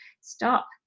stop